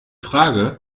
frage